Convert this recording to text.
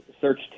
search